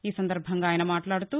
ఈ సందర్బంగా ఆయన మాట్లాడుతూ